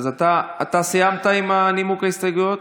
אתה סיימת עם נימוק ההסתייגויות?